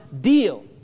deal